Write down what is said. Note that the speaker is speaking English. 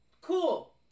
Cool